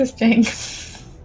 Interesting